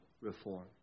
reform